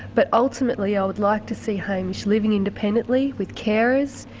but ultimately i would like to see hamish living independently with carers,